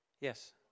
Yes